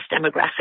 demographic